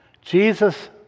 Jesus